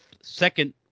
Second